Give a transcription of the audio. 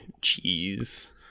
cheese